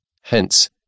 Hence